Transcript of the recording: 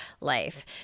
life